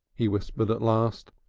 he whispered at last.